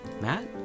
Matt